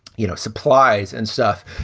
you know, supplies and stuff.